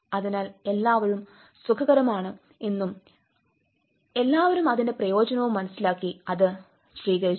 അതിനാൽ എല്ലാവരും സുഖകരമാണ് എന്നും എല്ലാവരും അതിന്റെ പ്രയോജനവും മനസ്സിലാക്കി അത് സ്വീകരിച്ചു